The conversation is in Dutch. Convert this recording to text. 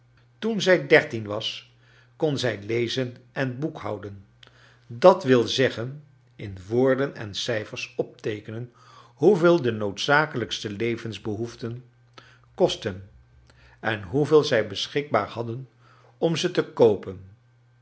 toen zij dertien was kon zij lezen en boekhouden d w z in woorden en cijfers opteekenen hoeveel de noodzakelijkste levensbehoeften kostten en hoeveel zij beschikbaar hadden om ze te koopen